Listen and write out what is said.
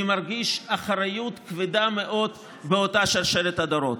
אני מרגיש אחריות כבדה מאוד על שושלת הדורות.